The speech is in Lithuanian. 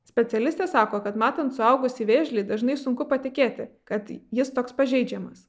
specialistė sako kad matant suaugusį vėžlį dažnai sunku patikėti kad jis toks pažeidžiamas